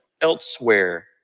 elsewhere